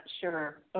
sure